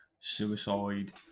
suicide